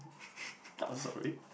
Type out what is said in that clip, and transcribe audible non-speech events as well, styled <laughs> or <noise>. <laughs> I'm sorry